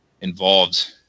involved